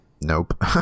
Nope